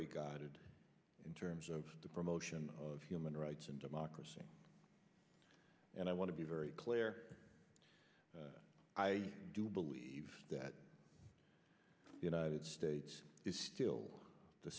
regarded in terms of the promotion of human rights and democracy and i want to be very clear i do believe that the united states is still the